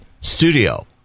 studio